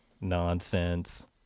nonsense